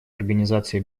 организации